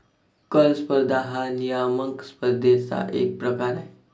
कर स्पर्धा हा नियामक स्पर्धेचा एक प्रकार आहे